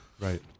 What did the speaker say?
Right